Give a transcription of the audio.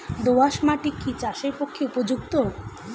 দোআঁশ মাটি কি চাষের পক্ষে উপযুক্ত?